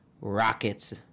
Rockets